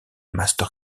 master